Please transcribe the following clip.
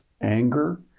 anger